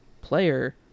player